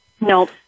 Nope